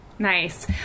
Nice